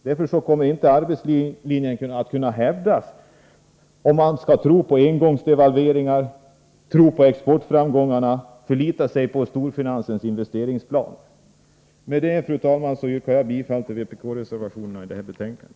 Därför kommer arbetslinjen inte att kunna hävdas, om vi skall tro på engångsdevalveringar och exportframgångar och förlita oss på storfinansens investeringsplaner. Med detta, fru talman, yrkar jag bifall till vpk-reservationerna i detta betänkande.